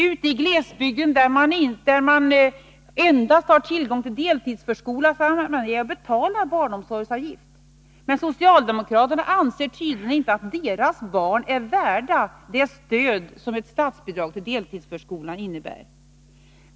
Ute i glesbygden, där man endast har tillgång till deltidsförskola, är man med och betalar barnomsorgsavgift, men socialdemokraterna anser tydligen inte att barnen där är värda det stöd som ett statsbidrag till deltidsförskolan innebär.